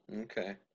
Okay